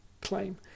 claim